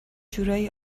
جورایی